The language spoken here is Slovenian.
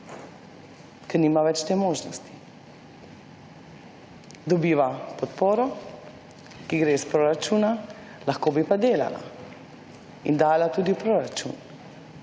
ker nima več te možnosti. Dobiva podporo, ki gre iz proračuna, lahko bi pa delala. In dala tudi v proračun.